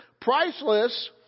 priceless